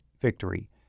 victory